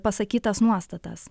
pasakytas nuostatas